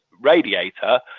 radiator